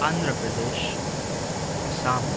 Andhra Pradesh Assam